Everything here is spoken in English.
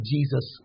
Jesus